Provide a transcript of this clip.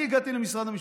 אני הגעתי למשרד המשפטים,